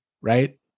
Right